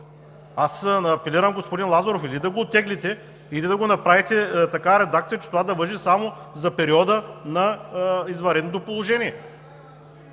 Апелирам, господин Лазаров, или да го оттеглите, или да направите такава редакция, че това да важи само за периода на извънредното положение!